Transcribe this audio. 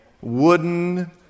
wooden